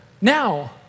now